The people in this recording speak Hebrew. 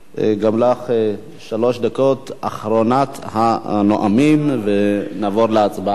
גם לך שלוש דקות, אחרונת הנואמים ונעבור להצבעה.